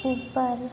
ऊपर